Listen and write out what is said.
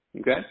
Okay